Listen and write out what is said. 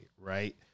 right